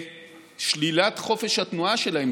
שלילת חופש התנועה שלהם,